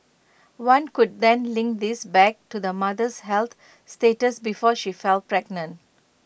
one could then link this back to the mother's health status before she fell pregnant